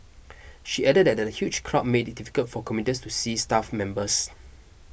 she added that the huge crowd made it difficult for commuters to see staff members